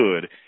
good –